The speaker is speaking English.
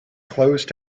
closed